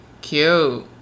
cute